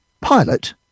pilot